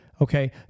Okay